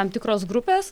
tam tikros grupės